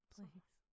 Please